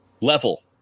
level